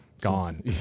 Gone